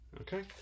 okay